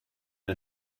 der